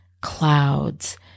clouds